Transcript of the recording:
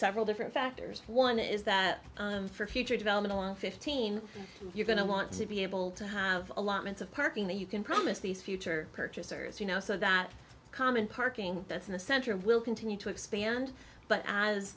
several different factors one is that for future developmental fifteen you're going to want to be able to have a lot means of parking that you can promise these future purchasers you know so that common parking that's in the center will continue to expand but as